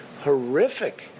horrific